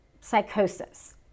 psychosis